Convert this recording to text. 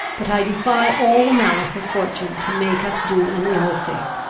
but i defy all the malice of fortune to make us do an ill thing.